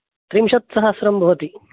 त्रिंशत्सहस्रं भवति